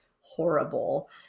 horrible